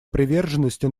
приверженности